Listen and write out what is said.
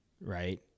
Right